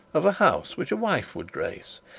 of a house which a wife would grace.